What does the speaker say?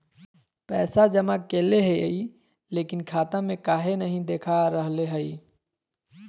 पैसा जमा कैले हिअई, लेकिन खाता में काहे नई देखा रहले हई?